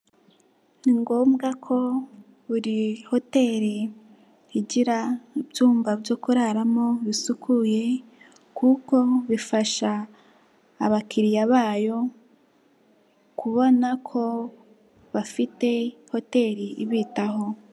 Ni ngombwa ko buri hoteri igira ibyumba byo kuraramo bisukuye kuko bifasha abakiriya bayo kubona ko bafite hoteri ibitaho.